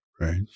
Right